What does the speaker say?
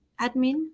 admin